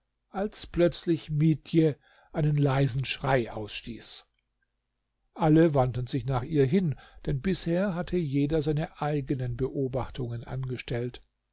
als plötzlich mietje einen leisen schrei ausstieß alle wandten sich nach ihr hin denn bisher hatte jeder seine eigenen beobachtungen angestellt